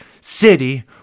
city